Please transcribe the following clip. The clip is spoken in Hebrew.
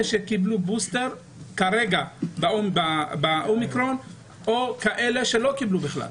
שקיבלו בוסטר כרגע ב-אומיקרון או כאלה שלא קיבלו בכלל.